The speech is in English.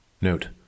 Note